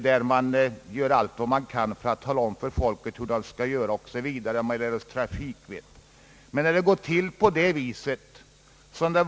I dessa TV-program har man gjort allt vad som göras kan för att lära svenska folket trafikvett. Hur har man då gått till väga?